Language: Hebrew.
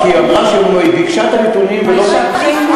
כי היא אמרה שהיא ביקשה את הנתונים ולא, לפני.